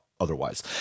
otherwise